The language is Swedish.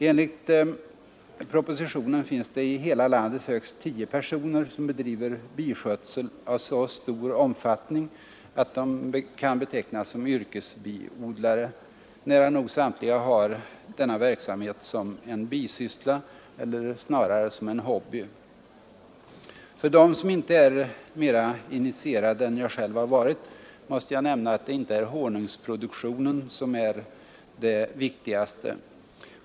Enligt propositionen finns det i hela landet högst tio personer som bedriver biskötsel av så stor omfattning att de kan betecknas som yrkesbiodlare. Nära nog samtliga har denna verksamhet som en bisyssla eller snarare som en hobby. För dem som inte är mer initierade än jag själv måste jag nämna att det inte är honungsproduktionen som är det viktigaste.